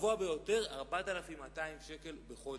הגבוה ביותר הוא 4,200 שקל בחודש,